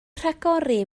rhagori